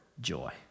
joy